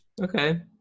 Okay